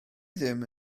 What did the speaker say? ddim